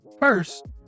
first